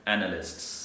Analysts